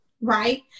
right